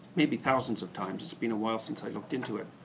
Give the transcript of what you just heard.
maybe thousands of times. it's been awhile since i looked into it.